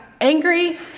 angry